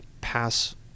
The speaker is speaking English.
pass